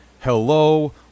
Hello